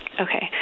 Okay